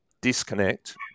disconnect